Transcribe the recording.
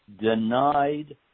denied